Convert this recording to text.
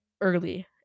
early